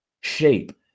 shape